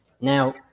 Now